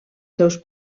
seus